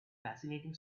fascinating